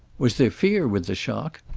was there fear with the shock?